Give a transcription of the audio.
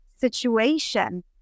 situation